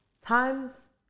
Times